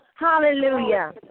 Hallelujah